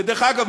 ודרך אגב,